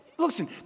Listen